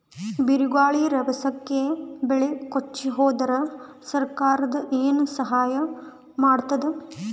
ಬಿರುಗಾಳಿ ರಭಸಕ್ಕೆ ಬೆಳೆ ಕೊಚ್ಚಿಹೋದರ ಸರಕಾರ ಏನು ಸಹಾಯ ಮಾಡತ್ತದ?